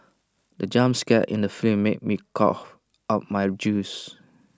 the jump scare in the film made me cough out my juice